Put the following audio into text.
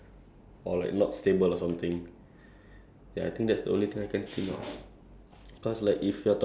that one you really have to follow the direction ya if not ya if not your furniture will turn out bad